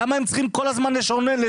למה הם צריכים כל הזמן לשנורר?